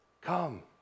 Come